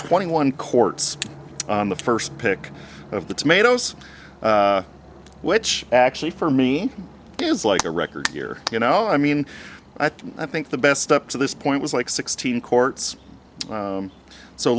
twenty one courts on the first pick of the tomatoes which actually for me is like a record here you know i mean i think i think the best up to this point was like sixteen courts